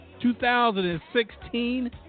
2016